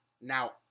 now